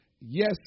Yes